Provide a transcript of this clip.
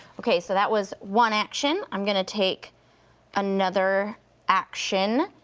okay, so that was one action, i'm gonna take another action,